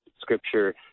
scripture